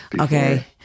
Okay